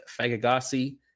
Fagagasi